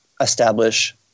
establish